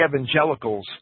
evangelicals